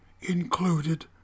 included